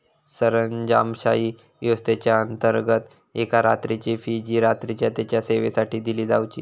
सरंजामशाही व्यवस्थेच्याअंतर्गत एका रात्रीची फी जी रात्रीच्या तेच्या सेवेसाठी दिली जावची